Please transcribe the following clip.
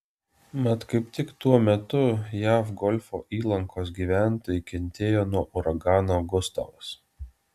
mat kaip tik tuo metu jav golfo įlankos gyventojai kentėjo nuo uragano gustavas